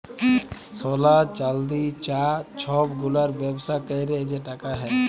সলা, চাল্দি, চাঁ ছব গুলার ব্যবসা ক্যইরে যে টাকা হ্যয়